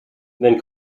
then